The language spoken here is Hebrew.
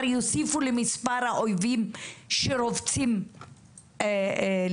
יוסיפו למספר האויבים שרובצים עליי?